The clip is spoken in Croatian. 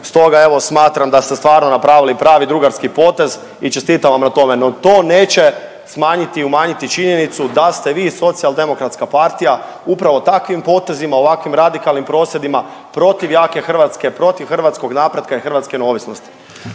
stoga evo smatram da ste stvarno napravili pravi drugarski potez i čestitam vam na tome. No to neće smanjiti i umanjiti činjenicu da ste vi SDP upravo takvim potezima ovakvim radikalnim prosvjedima protiv jake Hrvatske, protiv hrvatskog napretka i Hrvatske neovisnosti.